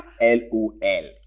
L-O-L